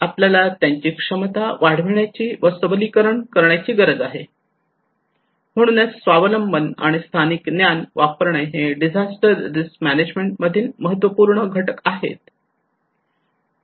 आपल्याला त्यांची क्षमता वाढविण्याची व सबलीकरण करण्याची गरज आहे म्हणून स्वावलंबन आणि स्थानिक ज्ञान वापरणे हे डिझास्टर रिस्क मॅनेजमेंट मधील महत्वपूर्ण घटक आहेत